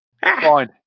Fine